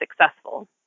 successful